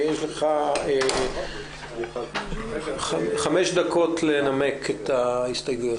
יש לך 5 דקות לנמק את ההסתייגויות.